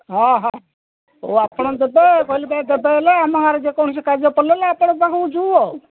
ହଁ ହଁ ଓ ଆପଣ ଦେବେ କହିଲେ ଦେବେ ତାହେଲେ ଆମ ଘରେ ଯେକୌଣସି କାର୍ଯ୍ୟ ପଡ଼ିଲେ ଆପଣଙ୍କ ପାଖକୁ ଯିବୁ ଆଉ